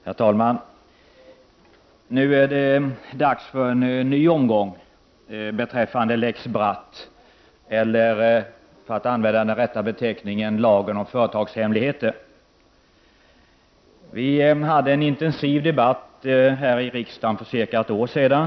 Herr talman! Nu är det dags för en ny omgång beträffande lex Bratt eller, för att använda den rätta beteckningen, lagen om företagshemligheter. Vi hade en intensiv debatt här i riksdagen för cirka ett år sedan.